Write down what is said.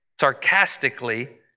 sarcastically